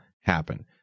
happen